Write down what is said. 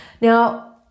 Now